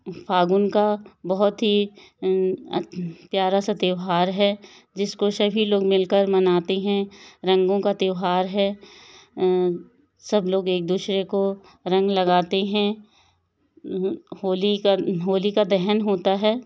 फागुन का बहुत ही प्यारा सा त्यौहार है जिसको सभी लोग मिलकर मनाते हैं रंगों का त्यौहार है सब लोग एक दूसरे को रंग लगाते हैं होली का होलीका दहन होता है